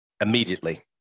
immediately